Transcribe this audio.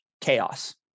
chaos